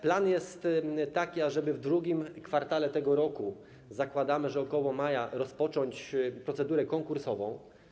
Plan jest taki, ażeby w II kwartale tego roku, zakładamy, że około maja, rozpocząć procedurę konkursową.